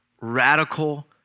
radical